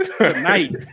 Tonight